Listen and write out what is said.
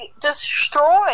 destroyed